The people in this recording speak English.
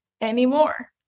anymore